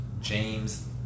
James